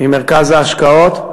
עם מרכז ההשקעות,